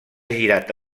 girat